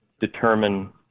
determine